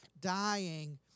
dying